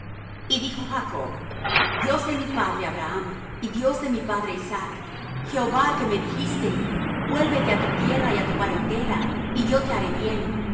y dijo jacob dios de mi padre abraham y dios de mi padre isaac jehová que me dijiste vuélvete á tu tierra y á tu parentela y yo te haré bien